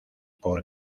por